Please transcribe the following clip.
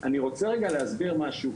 אני רוצה להסביר משהו,